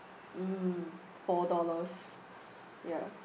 mm four dollars ya